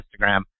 Instagram